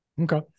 Okay